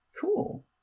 cool